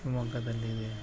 ಶಿವಮೊಗ್ಗದಲ್ಲಿ ಇದೆ